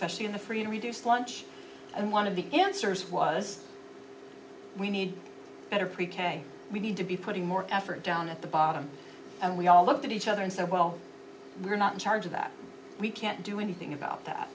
standards specially in a free and reduced lunch and one of the answers was we need better pre k we need to be putting more effort down at the bottom and we all looked at each other and said well we're not in charge of that we can't do anything about that